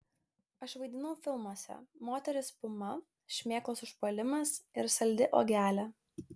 aš vaidinau filmuose moteris puma šmėklos užpuolimas ir saldi uogelė